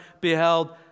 beheld